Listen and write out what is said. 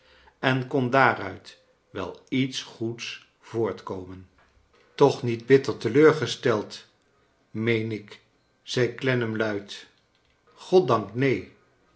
en kooa daaruit wel iets goeds voortkomen toch niet bitter teleurgesteld mean ik zei clennam iuid goddank neen